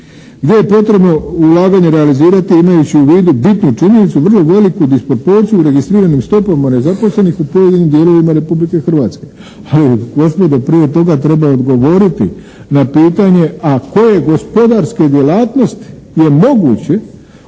gdje je potrebno ulaganje realizirati imajući u vidu bitnu činjenicu, vrlo veliku disproporciju u registriranim stopama nezaposlenih u pojedinim dijelovima Republike Hrvatske. Ali gospodo prije toga treba odgovoriti na pitanje, a koje gospodarske djelatnosti je moguće